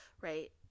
right